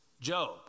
Job